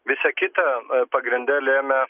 visa kita pagrinde lėmė